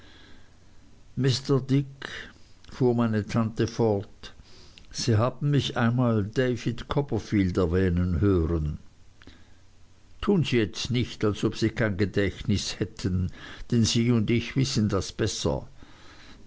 mr dick fuhr meine tante fort sie haben mich einmal david copperfield erwähnen hören tun sie jetzt nicht als ob sie kein gedächtnis hätten denn sie und ich wissen das besser